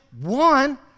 one